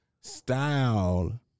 style